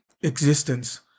existence